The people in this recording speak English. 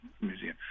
museum